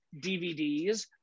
DVDs